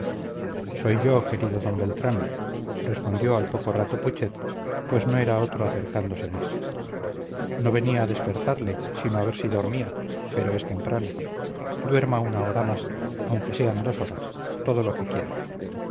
soy yo querido d beltrán respondió al poco rato putxet pues no era otro acercándose más no venía a despertarle sino a ver si dormía pero es temprano duerma una hora más aunque sean dos horas todo lo que quiera